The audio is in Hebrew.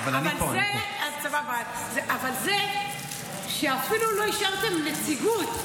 אבל זה שאפילו לא השארתם נציגות.